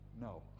No